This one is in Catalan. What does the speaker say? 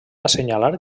assenyalar